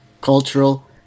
cultural